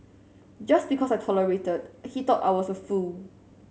just because I tolerated he thought I was a fool